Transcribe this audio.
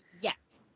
Yes